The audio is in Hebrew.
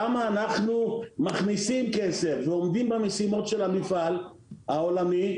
כמה אנחנו מכניסים כסף ועומדים במשימות של המפעל העולמי,